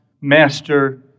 master